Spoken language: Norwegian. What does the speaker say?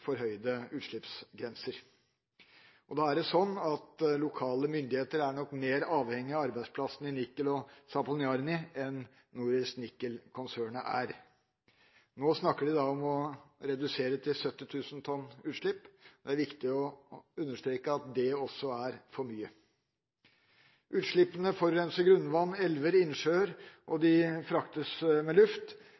forhøyede utslippsgrenser. Lokale myndigheter er nok mer avhengig av arbeidsplassene i Nikel og Zapoljarny enn Norilsk Nickel-konsernet er. Nå snakker de om å redusere til 70 000 tonn utslipp. Det er viktig å understreke at det også er for mye. Utslippene forurenser grunnvann, elver og innsjøer, og